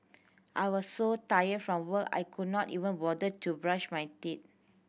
I was so tired from work I could not even bother to brush my teeth